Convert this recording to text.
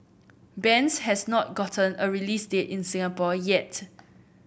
bends has not gotten a release date in Singapore yet